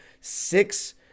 six